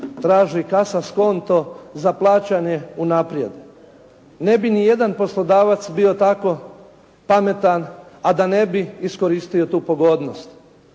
traži kasas konto za plaćanje unaprijed. Ne bi ni jedan poslodavac bio tako pametan a da ne bi iskoristio tu pogodnost.